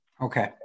Okay